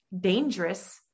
dangerous